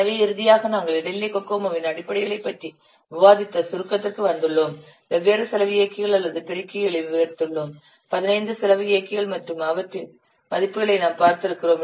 எனவே இறுதியாக நாங்கள் இடைநிலை கோகோமோவின் அடிப்படைகளைப் பற்றி விவாதித்த சுருக்கத்திற்கு வந்துள்ளோம் வெவ்வேறு செலவு இயக்கிகள் அல்லது பெருக்கங்களை விவரித்துள்ளோம் 15 செலவு இயக்கிகள் மற்றும் அவற்றின் மதிப்புகளை நாம் பார்த்திருக்கிறோம்